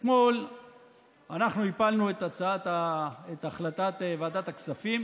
אתמול אנחנו הפלנו את החלטת ועדת הכספים